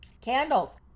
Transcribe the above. Candles